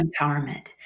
empowerment